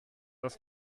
das